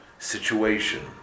Situation